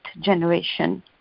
generation